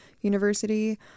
university